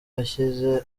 ashyize